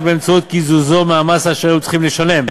באמצעות קיזוזו מהמס אשר היו צריכים לשלם,